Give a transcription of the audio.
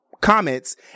comments